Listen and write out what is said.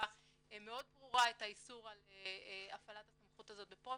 מאוד ברורה את האיסור על הפעלת הסמכות הזאת בפרופיילינג,